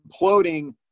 imploding –